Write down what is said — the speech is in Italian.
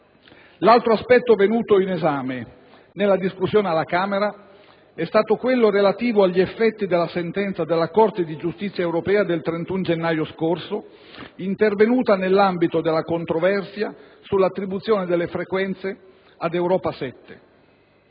L'altro aspetto venuto in esame nella discussione alla Camera è stato quello relativo agli effetti della sentenza della Corte di giustizia europea del 31 gennaio scorso, intervenuta nell'ambito della controversia sull'attribuzione delle frequenze ad Europa 7.